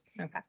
Okay